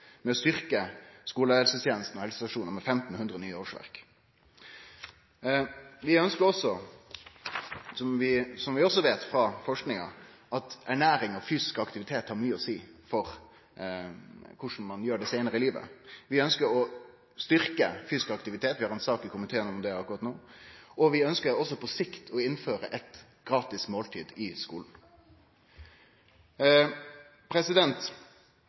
med å styrkje skulehelsetenesta og helsestasjonane med 1 500 nye årsverk. Som vi også veit frå forsking, har ernæring og fysisk aktivitet mykje å seie for korleis ein gjer det seinare i livet. Vi ønskjer å styrkje fysisk aktivitet. Vi har ein sak i komiteen om det akkurat no. Vi ønskjer også på sikt å innføre eit gratis måltid i